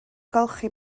golchi